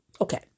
Okay